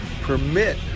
permit